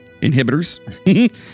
inhibitors